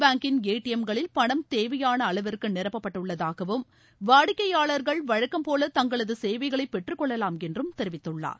பேங்க்கின் ATM களில் பணம் தேவையான அளவிற்கு நிரப்பப்பட்டுள்ளதாகவும் எஸ் வாடிக்கையாளர்கள் வழக்கம்போல தங்களது சேவைகளை பெற்றுக்கொள்ளலாம் என்று தெரிவித்துள்ளார்